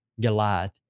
Goliath